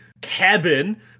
cabin